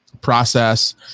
process